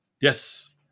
Yes